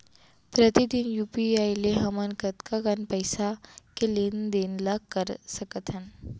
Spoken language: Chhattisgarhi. प्रतिदन यू.पी.आई ले हमन कतका कन पइसा के लेन देन ल कर सकथन?